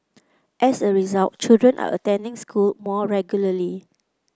as a result children are attending school more regularly